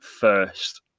first